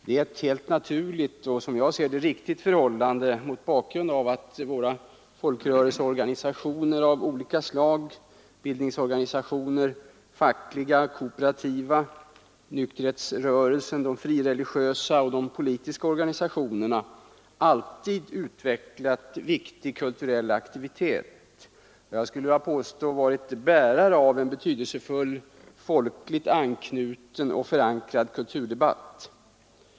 Detta är ett helt naturligt och, som jag ser det, riktigt förhållande mot bakgrund av att våra folkrörelseorganisationer av olika slag — bildningsorganisationer, fackliga och kooperativa organisationer, nykterhetsrörelsen, de frireligiösa, de politiska organisationerna m.fl. — alltid utvecklat en omfattande kulturell aktivitet. Ja, jag skulle vilja påstå att de varit bärare av en betydelsefull folkligt anknuten och förankrad kulturdebatt.